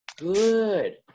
Good